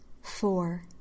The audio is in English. four